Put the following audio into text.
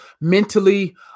mentally